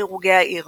דירוגי העיר